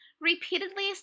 repeatedly